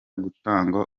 gutanga